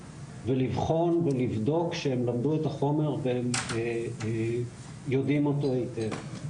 ולבחון ולבדוק שהם למדו את החומר והם יודעים אותו היטב.